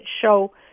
show